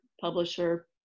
publisher